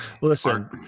Listen